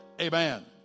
amen